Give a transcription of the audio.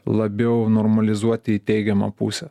labiau normalizuoti į teigiamą pusę